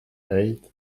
eight